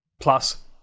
plus